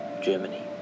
Germany